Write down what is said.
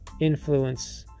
influence